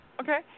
Okay